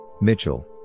Mitchell